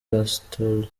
pastole